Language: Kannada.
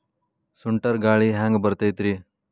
ಸುಂಟರ್ ಗಾಳಿ ಹ್ಯಾಂಗ್ ಬರ್ತೈತ್ರಿ?